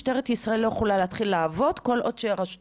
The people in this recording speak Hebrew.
משטרת ישראל לא יכולה להתחיל לעבוד כל עוד רשות